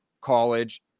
college